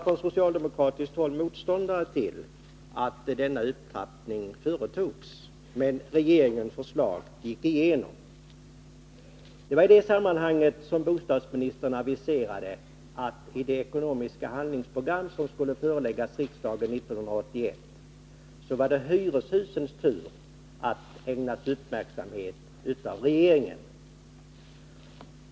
Från socialdemokratiskt håll var vi motståndare till en upptrappning, men regeringens förslag bifölls. I det sammanhanget aviserade bostadsministern att det var hyreshusens tur att i det ekonomiska handlingsprogram som skulle föreläggas riksdagen 1981 ägnas uppmärksamhet av regeringen.